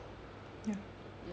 ya